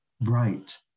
bright